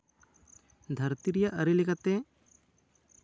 ᱫᱷᱟᱹᱨᱛᱤ ᱨᱮᱭᱟᱜ ᱟᱹᱨᱤ ᱞᱮᱠᱟᱛᱮ